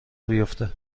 بیفته